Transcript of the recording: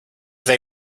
they